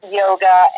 yoga